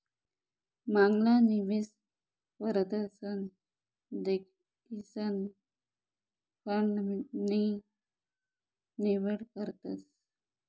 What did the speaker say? मांगला निवेश परदशन देखीसन फंड नी निवड करतस